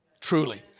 truly